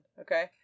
okay